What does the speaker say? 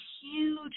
huge